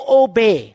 obey